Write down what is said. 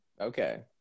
okay